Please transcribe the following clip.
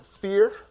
fear